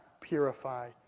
purify